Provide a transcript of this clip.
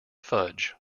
fudge